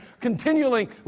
continually